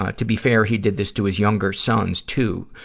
ah to be fair, he did this to his younger sons, too,